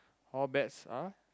all bets are